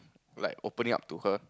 like opening up to her